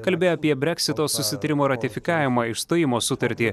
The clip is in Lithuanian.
kalbėjo apie breksito susitarimo ratifikavimą išstojimo sutartį